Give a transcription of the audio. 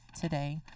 today